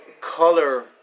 color